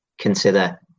consider